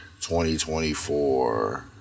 2024